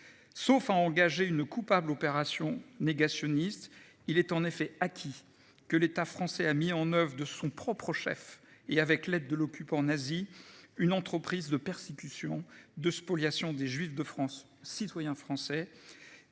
Sauf à engager une coupable opération négationniste. Il est en effet acquis que l'État français a mis en oeuvre de son propre chef, et avec l'aide de l'occupant nazi. Une entreprise de persécution de spoliation des juifs de France citoyens français.